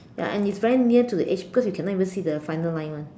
ya and it's very near to the edge cause you cannot even see the final line [one]